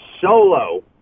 solo